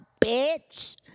bitch